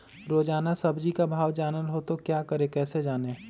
रोजाना सब्जी का भाव जानना हो तो क्या करें कैसे जाने?